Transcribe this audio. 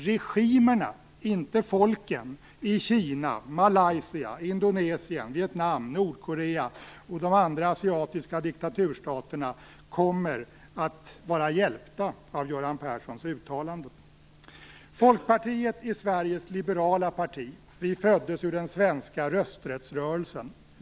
Regimerna, inte folken, i Kina, Malaysia, Indonesien, Vietnam, Nordkorea och de andra asiatiska diktaturstaterna kommer att vara hjälpta av Göran Perssons uttalanden. Folkpartiet är Sveriges liberala parti. Vi föddes ur den svenska rösträttsrörelsen.